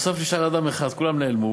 בסוף נשאר אדם אחד, כולם נעלמו.